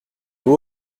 vous